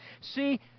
See